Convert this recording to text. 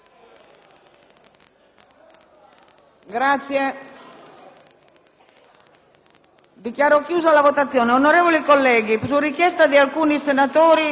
Grazie,